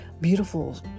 beautiful